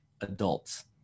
adults